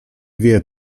wie